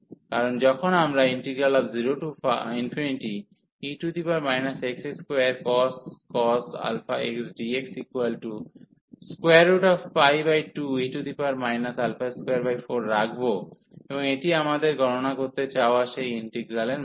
কারণ যখন আমরা 0e x2cos αx dx2e 24 রাখব এবং এটি আমাদের গণনা করতে চাওয়া সেই ইন্টিগ্রালের মান